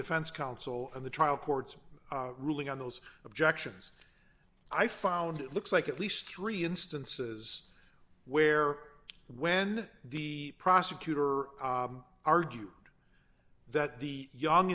defense counsel in the trial court's ruling on those objections i found it looks like at least three instances where when the prosecutor argued that the young